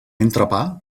entrepà